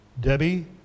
Debbie